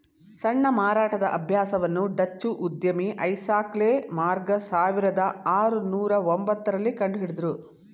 ಸಣ್ಣ ಮಾರಾಟದ ಅಭ್ಯಾಸವನ್ನು ಡಚ್ಚು ಉದ್ಯಮಿ ಐಸಾಕ್ ಲೆ ಮಾರ್ಗ ಸಾವಿರದ ಆರುನೂರು ಒಂಬತ್ತ ರಲ್ಲಿ ಕಂಡುಹಿಡುದ್ರು